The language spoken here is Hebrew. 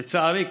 לצערי,